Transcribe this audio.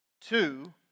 Two